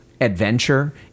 adventure